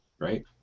right